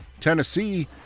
Tennessee